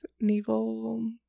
naval